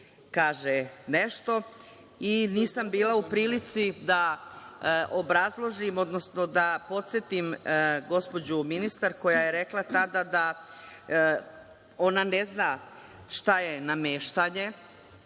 kaže nešto, i nisam bila u prilici da obrazložim, odnosno da podsetim gospođu ministarku koja rekla tada da ona ne zna šta je nameštanje